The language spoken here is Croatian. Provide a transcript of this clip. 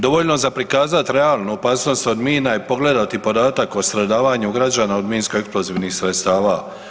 Dovoljno za prikazat realnu opasnost od mina je pogledati podatak o stradavanju građana od minskoeksplozivnih sredstava.